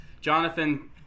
Jonathan